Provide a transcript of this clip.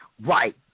Right